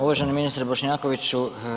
Uvaženi ministre Bošnjakoviću.